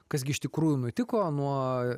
kas gi iš tikrųjų nutiko nuo